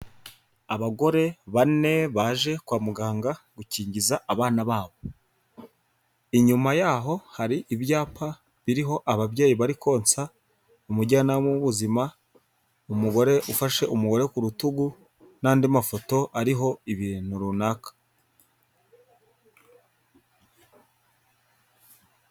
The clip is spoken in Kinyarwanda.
Abagore bane baje kwa muganga gukingiza abana babo, inyuma yaho hari ibyapa biriho ababyeyi bari konsa, umujyanama w'ubuzima, umugore ufashe umugore ku rutugu n'andi mafoto ariho ibintu runaka.